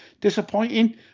disappointing